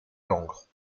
langres